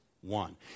one